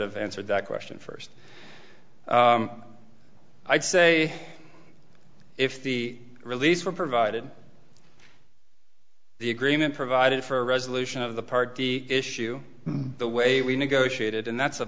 have answered that question first i'd say if the release were provided the agreement provided for a resolution of the party issue the way we negotiated and that's a